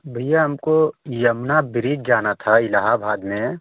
भैया हमको यमुना ब्रिज जाना था इलाहाबाद में